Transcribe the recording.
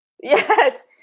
Yes